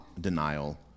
denial